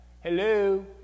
Hello